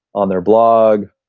on their blog,